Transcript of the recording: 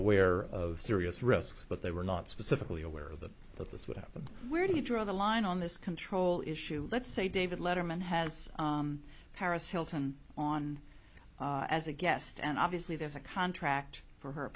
aware of serious risks but they were not specifically aware of them that this would happen where do you draw the line on this control issue let's say david letterman has paris hilton on as a guest and obviously there's a contract for her